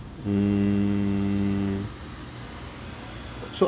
mm so